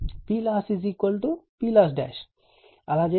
అలా చేస్తే PLoss PLoss